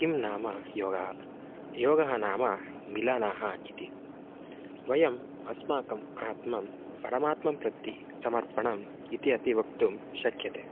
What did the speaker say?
किं नाम योगः योगः नाम मिलनः इति वयम् अस्माकम् आत्मानं परमात्मानं प्रति समर्पणम् इति अपि वक्तुं शक्यते